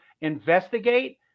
investigate